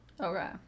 Okay